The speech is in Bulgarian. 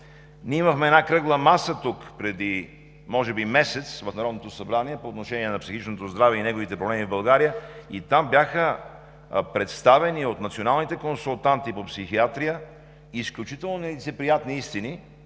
Ние имахме преди месец в Народното събрание кръгла маса по отношение на психичното здраве и неговите проблеми в България и там бяха представени от националните консултанти по психиатрия изключително нелицеприятни истини,